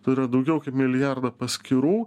turi daugiau kaip milijardą paskyrų